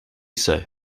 say